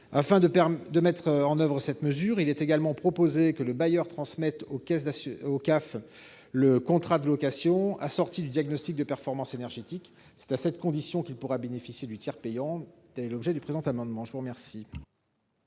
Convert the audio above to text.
Afin de mettre en oeuvre cette mesure, il est également proposé que le bailleur transmette aux CAF le contrat de location, assorti du diagnostic de performance énergétique. C'est à cette condition qu'il pourra bénéficier du tiers payant. La parole est à Mme Angèle Préville,